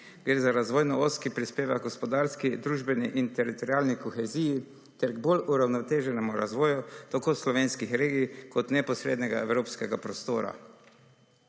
Gre za razvojno os, ki prispeva h gospodarski, družbeni in teritorialni koheziji ter bolj uravnoteženemu razvoju tako slovenskih regij kot neposrednega evropskega prostora.